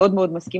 מאוד מאוד מסכימה,